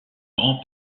grand